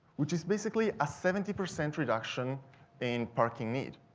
which is basically a seventy percent reduction in parking need.